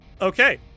Okay